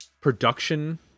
production